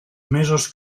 mesos